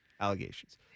allegations